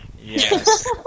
Yes